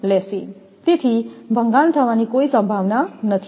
તેથી ભંગાણ થવાની કોઈ સંભાવના નથી